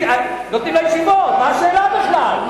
נותנים לישיבות, מה השאלה בכלל.